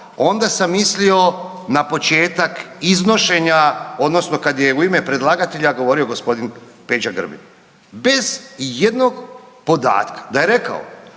onda sam mislio na početak iznošenja odnosno kad je u ime predlagatelja gospodin Peđa Grbin. Bez ijednog podatka da je rekao